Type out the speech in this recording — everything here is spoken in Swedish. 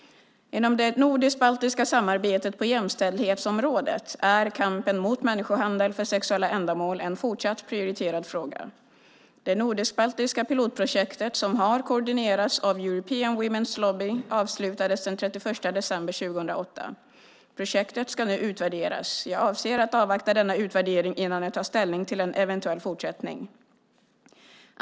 Inom det nordisk-baltiska samarbetet på jämställdhetsområdet är kampen mot människohandel för sexuella ändamål en fortsatt prioriterad fråga. Det nordisk-baltiska pilotprojektet som har koordinerats av European Women's Lobby avslutades den 31 december 2008. Projektet ska nu utvärderas. Jag avser att avvakta denna utvärdering innan jag tar ställning till en eventuell fortsättning.